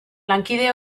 lankide